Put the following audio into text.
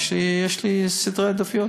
יש לי סדרי עדיפויות.